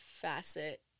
facet